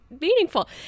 meaningful